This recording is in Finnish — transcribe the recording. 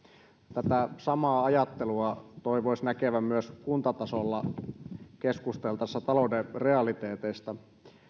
tätä samaa ajattelua toivoisi näkevänsä myös kuntatasolla keskusteltaessa talouden realiteeteista